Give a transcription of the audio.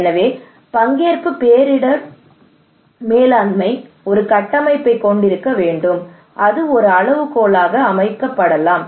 எனவே பங்கேற்பு பேரழிவு இடர் மேலாண்மை ஒரு கட்டமைப்பைக் கொண்டிருக்க வேண்டும் அது ஒரு அளவுகோலாக அமைக்கப்படலாம்